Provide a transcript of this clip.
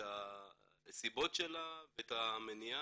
את הסיבות שלה ואת המניעה,